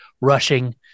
rushing